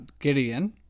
Gideon